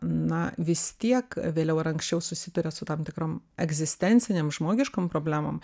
na vis tiek vėliau ar anksčiau susiduria su tam tikrom egzistencinėm žmogiškom problemom